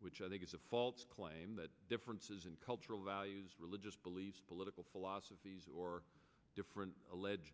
which i it is a false claim that differences in cultural values religious beliefs political philosophies or different alleged